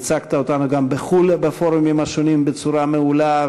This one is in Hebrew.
ייצגת אותנו גם בחו"ל בפורומים השונים בצורה מעולה,